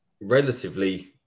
relatively